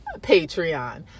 Patreon